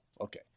okay